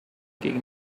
gegen